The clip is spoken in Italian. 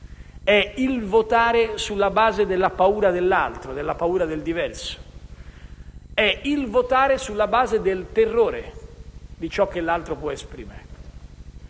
è il votare sulla base della paura dell'altro, del diverso; è il votare sulla base del terrore di ciò che l'altro può esprimere.